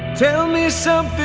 tell me so